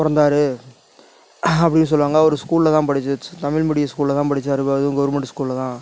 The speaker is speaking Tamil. பிறந்தாரு அப்படினு சொல்லுவாங்க அவரு ஸ்கூலில் தான் படிச் தமிழ் மீடியம் ஸ்கூலில் தான் படித்தாரு அதுவும் கவுர்மண்ட் ஸ்கூலில் தான்